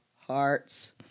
Hearts